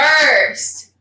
first